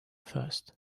first